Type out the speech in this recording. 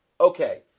Okay